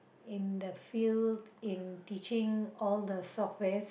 in the field in teaching all the softwares